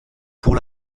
pour